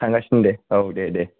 थांगासिनो दे औ दे दे